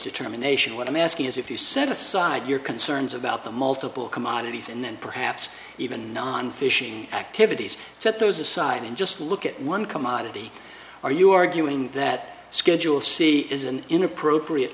determination what i'm asking is if you set aside your concerns about the multiple commodities and then perhaps even non fishing activities set those aside and just look at one commodity are you arguing that schedule c is an inappropriate